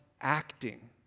acting